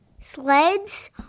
sleds